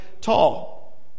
tall